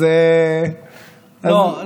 לא,